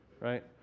right